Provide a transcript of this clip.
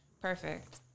perfect